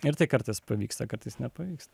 ir tai kartais pavyksta kartais nepavyksta